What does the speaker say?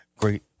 great